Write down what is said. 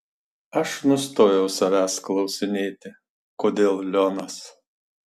aš nustojau savęs klausinėti kodėl lionas